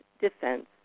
defense